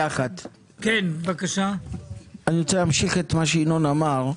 אני רוצה להמשיך את מה שינון אמר,